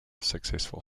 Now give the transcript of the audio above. successful